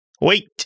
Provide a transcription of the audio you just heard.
Wait